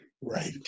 Right